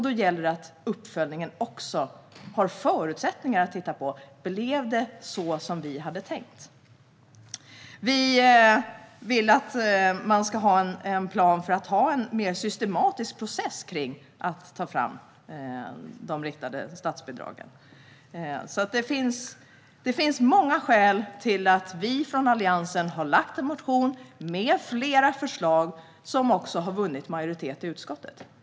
Då gäller det att uppföljningen har förutsättningar att titta på om det blev som vi hade tänkt. Vi vill att man ska ha en plan för en mer systematisk process för framtagandet av de riktade statsbidragen. Det finns många skäl till att vi i Alliansen har lagt fram en motion med flera förslag som också har vunnit majoritet i utskottet.